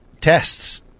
tests